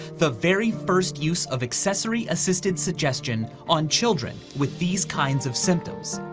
the very first use of accessory assisted suggestion on children with these kinds of symptoms.